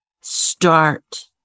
start